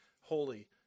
holy